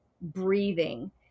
breathing